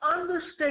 understand